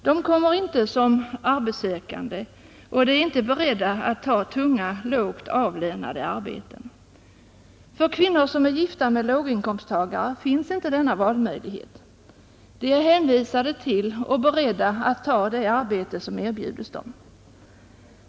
De förekommer inte som arbetssökande och de är inte beredda att ta tunga och lågt avlönade arbeten. För kvinnor som är gifta med låginkomsttagare finns inte denna valmöjlighet. De är hänvisade till och beredda att ta det arbete som erbjudes dem.